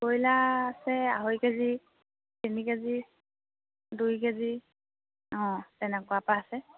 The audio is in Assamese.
কয়লা আছে আঢ়ৈ কেজি তিনি কেজি দুই কেজি অঁ তেনেকুৱা পৰা আছে